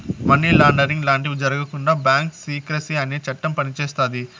money laundering లాంటివి జరగకుండా bank secrecy అనే చట్టం పనిచేస్తాది